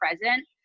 present